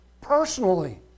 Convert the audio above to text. personally